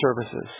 services